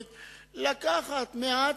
קשה,